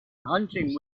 hunting